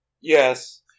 Yes